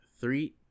three